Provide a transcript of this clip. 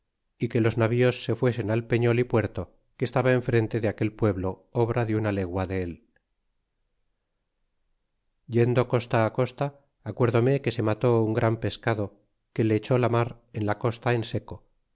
y que los navíos se fuesen al peño y puerto que estaba enfrente de aquel pueblo obra de una legua del e yendo costa á costa acuerdome que se mató un gran pescado que le echó la mar en la costa en seco